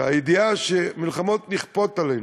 ובידיעה שמלחמות נכפות עלינו,